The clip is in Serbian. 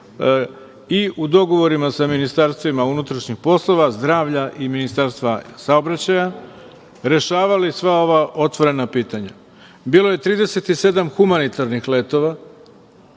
i u dogovorima sa Ministarstvom unutrašnjih poslova, Ministarstvom zdravlja i Ministarstva saobraćaja rešavao sva ova otvorena pitanja. Bilo je 37 humanitarnih letova,